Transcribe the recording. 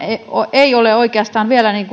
ei ole oikeastaan vielä